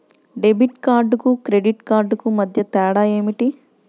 Debit కార్డుకు credit కార్డుకు మధ్య తేడా ఏమిటీ?